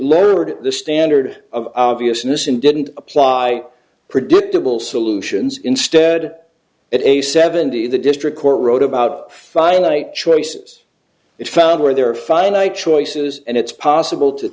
lowered the standard of obviousness and didn't apply predictable solutions instead it a seventy the district court wrote about finite choices it's found where there are finite choices and it's possible to